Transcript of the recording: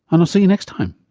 and i'll see you next time